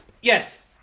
yes